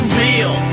real